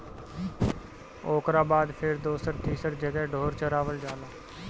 ओकरा बाद फेर दोसर तीसर जगह ढोर चरावल जाला